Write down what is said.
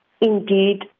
Indeed